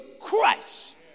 Christ